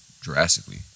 drastically